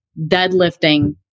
deadlifting